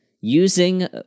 using